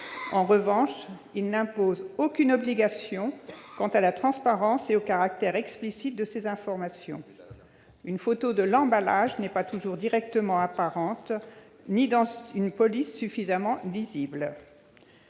En revanche, il n'impose aucune obligation quant à la transparence et au caractère explicite de ces informations : une photo de l'emballage n'est pas toujours directement apparente ni dans une police suffisamment lisible.